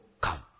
come